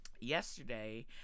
yesterday